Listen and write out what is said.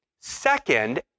second